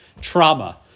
trauma